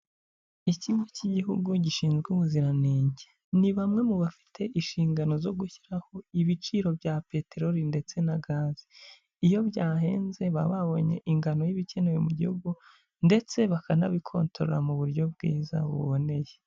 Ikigo cy'igihugu gishinzwe ubuziranenge, ni bamwe mu bafite inshingano zo gushyiraho ibiciro bya peteroli ndetse na gaze, iyo byahenze baba babonye ingano y'ibikenewe mu gihugu ndetse bakanabikontorora mu buryo bwiza buboneye.